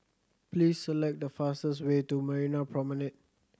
please select the fastest way to Marina Promenade